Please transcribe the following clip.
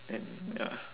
and ya